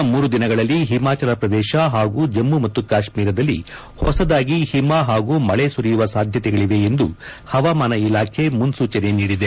ಮುಂದಿನ ಮೂರು ದಿನಗಳಲ್ಲಿ ಹಿಮಾಚಲ ಪ್ರದೇಶ ಹಾಗೂ ಜಮ್ಮ ಮತ್ತು ಕಾಶ್ಮೀರದಲ್ಲಿ ಹೊಸದಾಗಿ ಹಿಮ ಹಾಗೂ ಮಳೆ ಸುರಿಯುವ ಸಾಧ್ಯತೆಗಳವೆಯೆಂದು ಹವಾಮಾನ ಇಲಾಖೆ ಮುನ್ಲೂಚನೆ ನೀಡಿದೆ